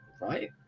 right